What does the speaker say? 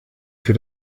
für